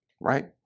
right